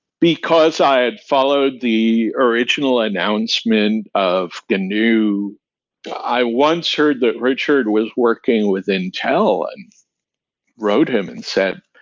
because i had followed the original announcement of the new i once heard that richard was working with intel and wrote to him and said,